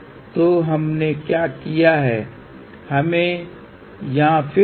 इसलिए यहां load impedance है हमने श्रृंखला में कुछ जोड़ा है जो इंडक्टर है